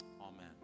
Amen